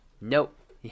nope